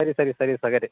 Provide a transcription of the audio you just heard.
ಸರಿ ಸರಿ ಸರಿ ಸಗ ರೀ